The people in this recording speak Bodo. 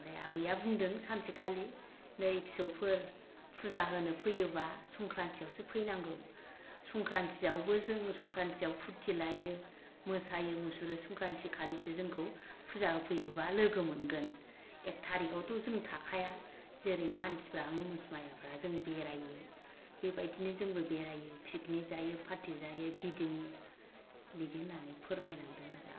ओमफ्राय आबैआ बुंदों सानसेखालि नै फिसौफोर फुजा होनो फैयोब्ला संक्रान्तिआवसो फैनांगौ संक्रान्तिआवबो जों संक्रान्तिआव फुर्ति लायो मोसायो मुसुरो संक्रान्तिखालिसो जोंखौ फुजा होफैयोब्ला लोगो मोनगोन एक थारिखावथ' जों थाखाया जेरै मानसिफ्रा मुनुस मायाफ्रा जों बेरायो बेबायदिनो जोंबो बेरायो पिकनिक जायो पार्टि जायो गिदिङो बिदि होननानै फोरमायलांदों आरो आबैआ